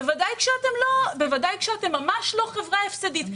ודאי כשאתם ממש לא חברה הפסדית.